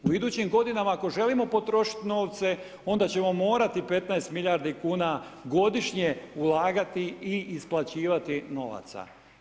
U idućim godinama ako želimo potrošiti novce, onda ćemo morati 15 milijardi kuna godišnje ulagati i isplaćivati novaca.